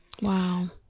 Wow